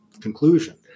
conclusion